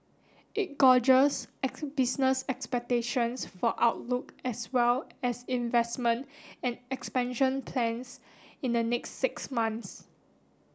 it gauges business expectations for outlook as well as investment and expansion plans in the next six months